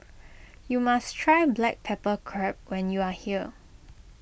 you must try Black Pepper Crab when you are here